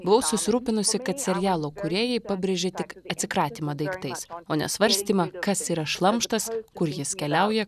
buvau susirūpinusi kad serialo kūrėjai pabrėžė tik atsikratymą daiktais o ne svarstymą kas yra šlamštas kur jis keliauja